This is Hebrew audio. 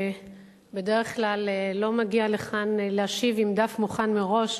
שבדרך כלל לא מגיע לכאן להשיב עם דף מוכן מראש.